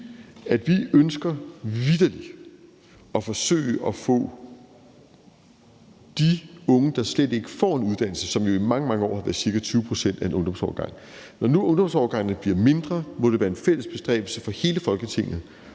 ønsker at forsøge i forhold til de unge, som slet ikke får en uddannelse, og som jo i mange, mange år har udgjort cirka 20 pct. af en ungdomsårgang. Når nu ungdomsårgangene bliver mindre, må det være en fælles bestræbelser for hele Folketinget